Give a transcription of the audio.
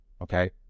Okay